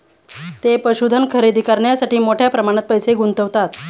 ते पशुधन खरेदी करण्यासाठी मोठ्या प्रमाणात पैसे गुंतवतात